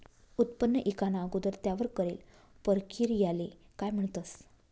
उत्पन्न ईकाना अगोदर त्यावर करेल परकिरयाले काय म्हणतंस?